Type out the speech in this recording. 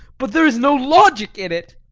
but there is no logic in it.